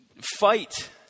fight